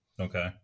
Okay